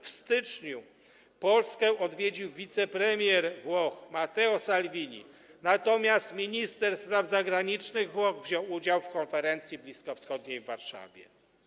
W styczniu Polskę odwiedził wicepremier Włoch Matteo Salvini, natomiast minister spraw zagranicznych Włoch wziął udział w konferencji bliskowschodniej w Warszawie.